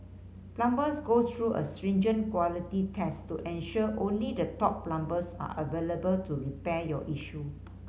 plumbers go through a stringent quality test to ensure only the top plumbers are available to repair your issue